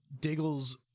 Diggle's